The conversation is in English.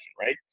right